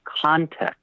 context